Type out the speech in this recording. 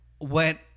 went